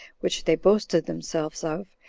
which they boasted themselves of,